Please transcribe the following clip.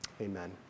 Amen